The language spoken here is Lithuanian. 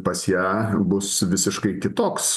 pas ją bus visiškai kitoks